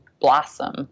blossom